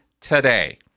today